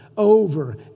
Over